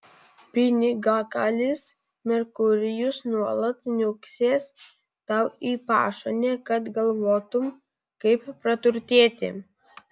pinigakalys merkurijus nuolat niuksės tau į pašonę kad galvotum kaip praturtėti